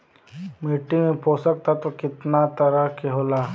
मिट्टी में पोषक तत्व कितना तरह के होला?